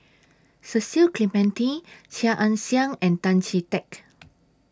Cecil Clementi Chia Ann Siang and Tan Chee Teck